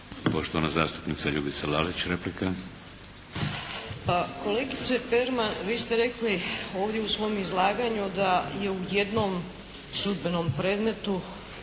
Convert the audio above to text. Poštovana zastupnica Ljubica Lalić, replika.